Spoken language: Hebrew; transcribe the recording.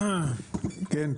כן.